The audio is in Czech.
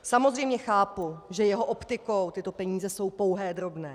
Samozřejmě chápu, že jeho optikou tyto peníze jsou pouhé drobné.